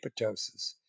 apoptosis